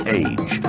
age